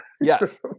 yes